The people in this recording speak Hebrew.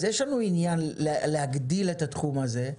אז יש לנו עניין להגדיל את התחום הזה.